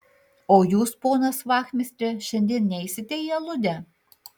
o jūs ponas vachmistre šiandien neisite į aludę